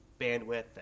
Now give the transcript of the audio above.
bandwidth